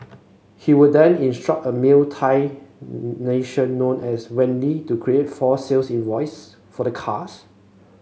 he would then instruct a male Thai national as Wendy to create false sales invoices for the cars